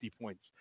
points